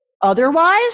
otherwise